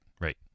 right